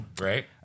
Right